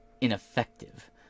ineffective